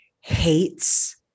hates